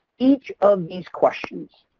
each of these questions